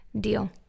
Deal